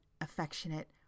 affectionate